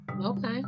okay